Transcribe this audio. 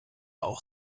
auch